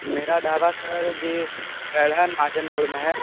मेरा ढाबा सर जी गढ़हन महाजन मोड़ में है